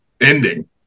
ending